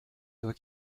doit